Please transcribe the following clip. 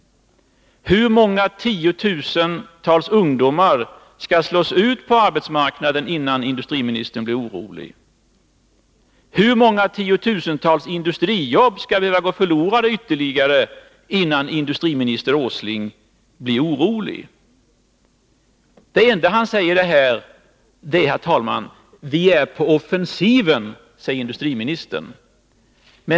Hur många tiotusentals ungdomar skall slås ut på arbetsmarknaden innan industriministern blir orolig? Hur många tiotusentals industrijobb skall behöva gå förlorade ytterligare innan industriminister Åsling blir orolig. Vi är på offensiven, säger industriministern.